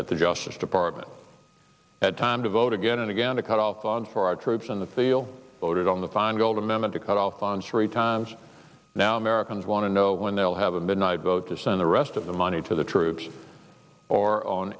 at the justice department had time to vote again and again to cut off funds for our troops in the field voted on the feingold amendment to cut off funds three times now americans want to know when they'll have a midnight vote to send the rest of the money to the troops or on